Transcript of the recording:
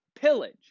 pillage